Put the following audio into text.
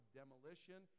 demolition